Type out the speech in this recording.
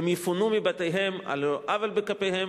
הם יפונו מבתיהם על לא עוול בכפם,